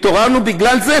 התעוררנו בגלל זה,